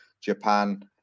japan